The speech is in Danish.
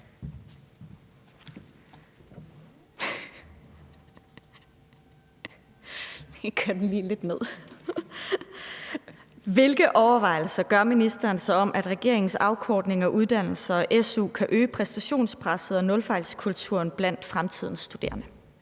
Hvilke overvejelser gør ministeren sig om, at regeringens afkortning af uddannelser og su kan øge præstationspresset og nulfejlskulturen blandt fremtidens studerende?